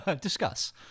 discuss